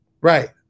Right